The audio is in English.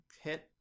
hit